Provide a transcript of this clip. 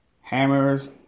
hammers